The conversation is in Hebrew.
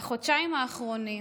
בחודשיים האחרונים